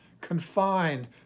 confined